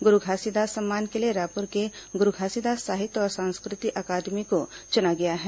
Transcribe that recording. गुरू घासीदास सम्मान के लिए रायपुर के गुरू घासीदास साहित्य और संस्कृति अकादमी को चुना गया है